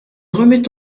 remet